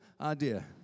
idea